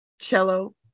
cello